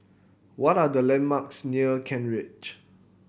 what are the landmarks near Kent Ridge